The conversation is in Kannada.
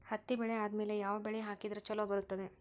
ಹತ್ತಿ ಬೆಳೆ ಆದ್ಮೇಲ ಯಾವ ಬೆಳಿ ಹಾಕಿದ್ರ ಛಲೋ ಬರುತ್ತದೆ?